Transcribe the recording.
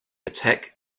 attack